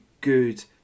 good